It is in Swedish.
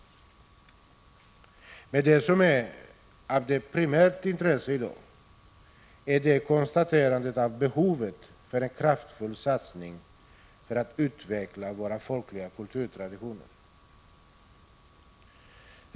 Men det som är av primärt intresse är behovet av en kraftfull satsning för att utveckla våra folkliga kulturtraditioner.